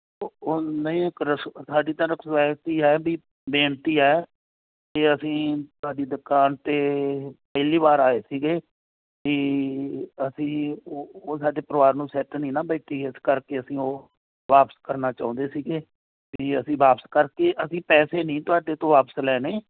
ਉਹ ਓ ਨਹੀਂ ਕਰਸ ਸਾਡੀ ਤਾਂ ਰੇਕੁਐਸਟ ਹੀ ਹੈ ਵੀ ਬੇਨਤੀ ਹੈ ਕਿ ਅਸੀਂ ਤੁਹਾਡੀ ਦੁਕਾਨ 'ਤੇ ਪਹਿਲੀ ਵਾਰ ਆਏ ਸੀਗੇ ਵੀ ਅਸੀਂ ਉਹ ਉਹ ਸਾਡੇ ਪਰਵਾਰ ਨੂੰ ਸੈੱਟ ਨਹੀਂ ਨਾ ਬੈਠੀ ਇਸ ਕਰਕੇ ਅਸੀਂ ਉਹ ਵਾਪਸ ਕਰਨਾ ਚਾਹੁੰਦੇ ਸੀਗੇ ਵੀ ਅਸੀਂ ਵਾਪਸ ਕਰਕੇ ਅਸੀਂ ਪੈਸੇ ਨਹੀਂ ਤੁਹਾਡੇ ਤੋਂ ਵਾਪਸ ਲੈਣੇ